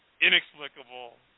inexplicable